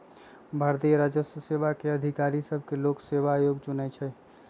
भारतीय राजस्व सेवा के अधिकारि सभके लोक सेवा आयोग चुनइ छइ